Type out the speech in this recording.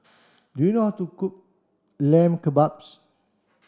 do you know how to cook Lamb Kebabs